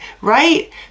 right